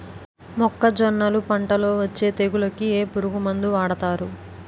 మొక్కజొన్నలు పంట లొ వచ్చే తెగులకి ఏ పురుగు మందు వాడతారు?